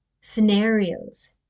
scenarios